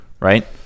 right